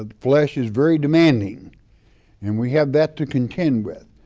ah flesh is very demanding and we have that to contend with,